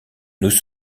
nous